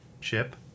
Chip